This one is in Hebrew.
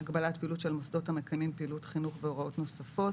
(הגבלת פעילות של מוסדות המקיימים פעילות חינוך והוראות נוספות),